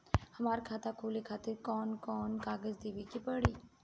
हमार खाता खोले खातिर कौन कौन कागज देवे के पड़ी?